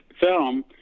film